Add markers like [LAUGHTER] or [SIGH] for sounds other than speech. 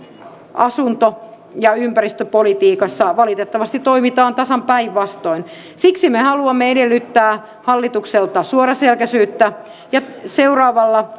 asunto ja ympäristöpolitiikassa valitettavasti toimitaan tasan päinvastoin siksi me haluamme edellyttää hallitukselta suoraselkäisyyttä ja seuraavalla [UNINTELLIGIBLE]